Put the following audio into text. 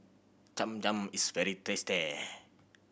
Cham Cham is very tasty